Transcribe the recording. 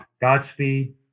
Godspeed